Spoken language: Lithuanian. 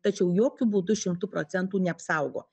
tačiau jokiu būdu šimtu procentų neapsaugo